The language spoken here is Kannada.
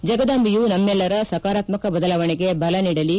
ಜಗದಾಂಬೆಯು ನಮ್ಮೆಲ್ಲರ ಸಕಾರಾತ್ಮಕ ಬದಲಾವಣೆಗೆ ಬಲ ನೀಡಲಿ